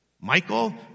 Michael